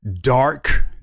dark